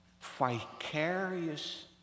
vicarious